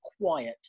quiet